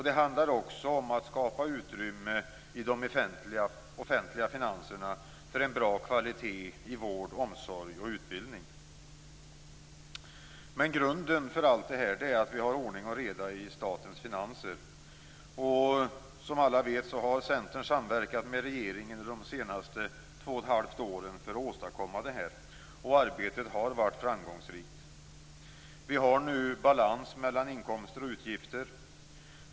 Det handlar också om att skapa utrymme i de offentliga finanserna för en bra kvalitet i vård, omsorg och utbildning. Men grunden för allt detta är att vi har ordning och reda i statens finanser. Som alla vet har Centern samverkat med regeringen under de senaste 2 1⁄2 åren för att åstadkomma detta. Arbetet har varit framgångsrikt.